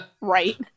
Right